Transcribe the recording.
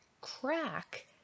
crack